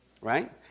right